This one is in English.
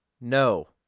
no